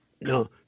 No